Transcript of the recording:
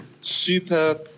super